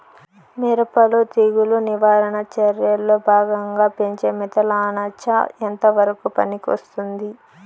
మిరప లో తెగులు నివారణ చర్యల్లో భాగంగా పెంచే మిథలానచ ఎంతవరకు పనికొస్తుంది?